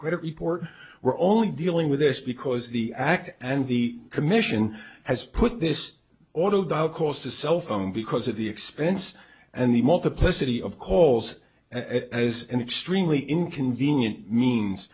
credit report we're only dealing with this because the act and the commission has put this auto dial caused a cell phone because of the expense and the multiplicity of calls as an extremely inconvenient means